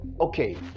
Okay